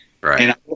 Right